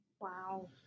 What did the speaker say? Wow